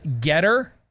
Getter